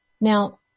Now